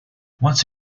once